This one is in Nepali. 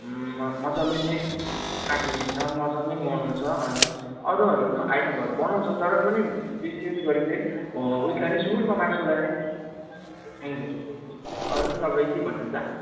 मज्जाले नै काटिनेछ मज्जाले मनाउँछ अनि अरूहरू पनि आइटमहरू बनाउँछ तर पनि विशेष गरी चाहिँ उयेसलाई नै सुँगुरको मासुलाई नै हुन्छ अरू तपाईँ के भन्नुहुन्छ